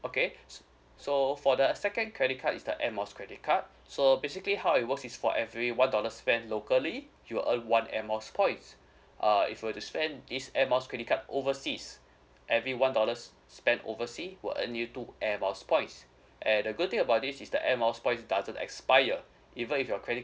okay s~ so for the second credit card is the airmiles credit card so basically how it works is for every one dollar spent locally you'll earn one airmiles points uh if you were to spend this airmiles credit card overseas every one dollars spent oversea will earn you to airmiles points and the good thing about this is the airmiles point doesn't expire even if your credit